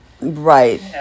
Right